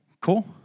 cool